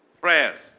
prayers